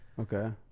Okay